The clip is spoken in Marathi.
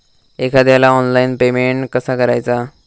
एखाद्याला ऑनलाइन पेमेंट कसा करायचा?